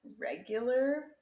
regular